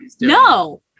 no